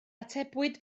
atebwyd